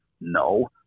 No